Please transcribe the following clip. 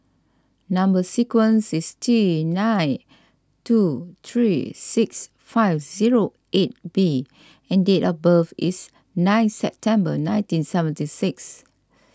Number Sequence is T nine two three six five zero eight B and date of birth is nine September nineteen seventy six